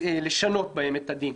לשנות בהם את הדין.